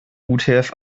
utf